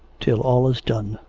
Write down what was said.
till all is done.